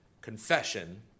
confession